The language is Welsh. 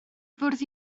fwrdd